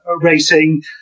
racing